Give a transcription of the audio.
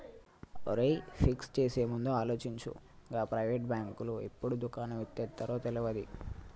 ఒరేయ్, ఫిక్స్ చేసేముందు ఆలోచించు, గా ప్రైవేటు బాంకులు ఎప్పుడు దుకాణం ఎత్తేత్తరో తెల్వది